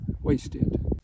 wasted